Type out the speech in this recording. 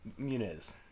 Muniz